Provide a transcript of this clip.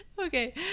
okay